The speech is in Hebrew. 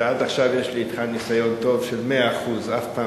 ועד עכשיו יש לי אתך ניסיון טוב של 100%. אף פעם